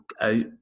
out